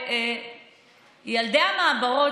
ילדי המעברות,